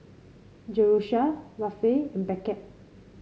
Jerusha Rafe and Beckett